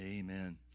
Amen